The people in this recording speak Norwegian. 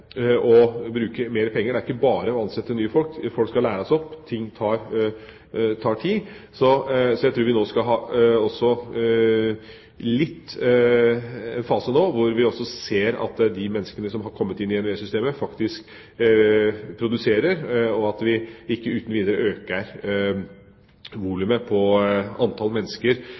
å bruke mer penger og ansette nye folk. Folk skal læres opp, ting tar tid. Jeg tror vi skal ha en fase nå hvor vi ser at de menneskene som har kommet inn i NVE-systemet, faktisk produserer, slik at vi ikke uten videre øker volumet på antall mennesker